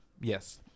yes